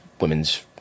women's